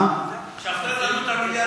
השארת אותנו במתח,